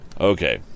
Okay